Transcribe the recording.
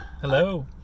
Hello